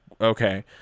okay